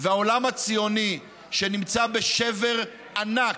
והעולם הציוני, שנמצא בשבר ענק,